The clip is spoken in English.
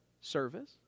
service